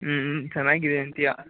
ಹ್ಞೂ ಚೆನ್ನಾಗಿದೆ ಅಂತೀಯಾ